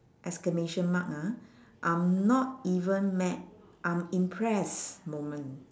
exclamation mark ah I'm not even mad I'm impressed moment